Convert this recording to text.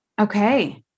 Okay